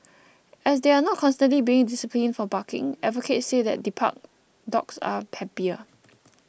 as they are not constantly being disciplined for barking advocates say that debarked dogs are happier